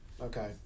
Okay